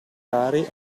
volontari